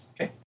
Okay